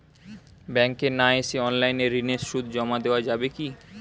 ব্যাংকে না এসে অনলাইনে ঋণের সুদ জমা দেওয়া যাবে কি?